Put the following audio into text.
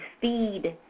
feed